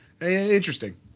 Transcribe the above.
Interesting